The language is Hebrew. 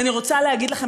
ואני רוצה להגיד לכם,